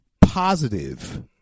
positive